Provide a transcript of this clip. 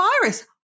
virus